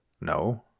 No